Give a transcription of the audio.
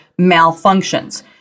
malfunctions